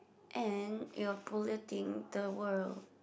and it will polluting the world